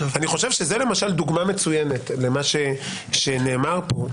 זאת דוגמה מצוינת למה שנאמר פה,